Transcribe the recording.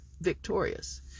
victorious